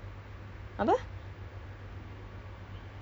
they even take he even took the same lift as me